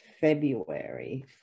February